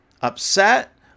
upset